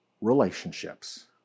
relationships